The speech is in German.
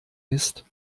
ist